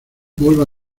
vuelvo